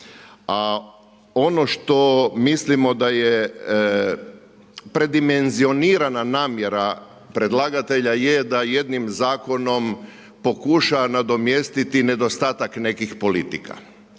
ono što mislimo da je predimenzionirana namjera predlagatelja je da jednim zakonom pokuša nadomjestiti nedostatak nekih politika.